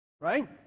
Right